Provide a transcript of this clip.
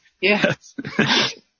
Yes